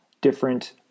different